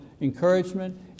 encouragement